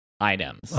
items